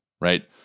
right